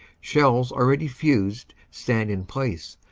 shells already fused stand in place,